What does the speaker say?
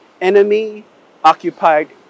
enemy-occupied